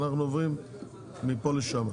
אנחנו עוברים מפה לשם.